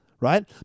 right